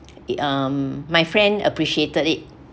it um my friend appreciated it